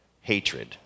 hatred